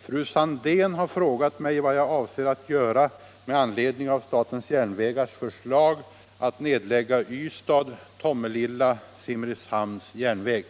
Fru Sandéhn har frågat mig vad jag avser att göra med anledning av statens järnvägars förslag att nedlägga Ystad-Tomelilla-Simrishamns järnväg.